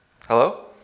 Hello